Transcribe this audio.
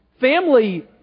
family